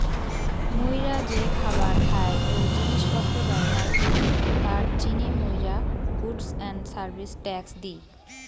মুইরা যে খাবার খাই ও জিনিস পত্র ব্যবহার করি তার জিনে মুইরা goods and service tax the